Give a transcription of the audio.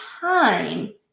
time